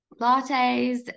lattes